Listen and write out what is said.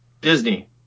Disney